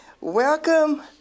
Welcome